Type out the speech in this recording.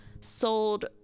sold